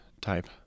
type